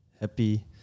happy